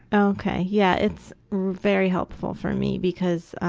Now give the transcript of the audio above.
ok, yeah, its very helpful for me because